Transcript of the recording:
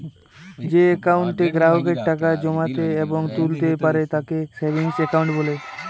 যেই একাউন্টে গ্রাহকেরা টাকা জমাতে এবং তুলতা পারে তাকে সেভিংস একাউন্ট বলে